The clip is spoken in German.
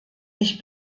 ich